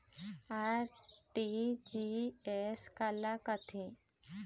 RTGS काला कथें?